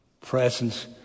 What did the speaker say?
presence